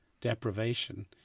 deprivation